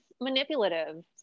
manipulative